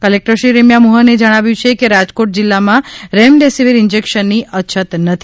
કલેકટરશ્રી રેમ્યા મોહન દ્વારા જણાવાયું છે કે રાજકોટ જિલ્લામાં રેમડેસિવીર ઇન્જેકશનની અછત નથી